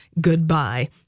Goodbye